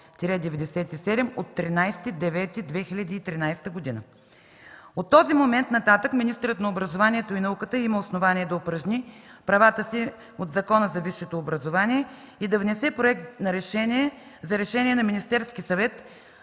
2013 г. От този момент нататък министърът на образованието и науката има основание да упражни правата си по Закона за висшето образование и да внесе Проект за решение на Министерския съвет